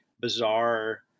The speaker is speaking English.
bizarre